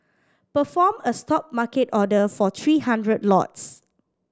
perform a Stop market order for three hundred lots